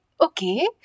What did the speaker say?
okay